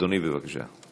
אדוני, בבקשה.